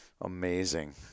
Amazing